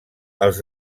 els